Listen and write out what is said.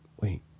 Wait